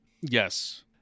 Yes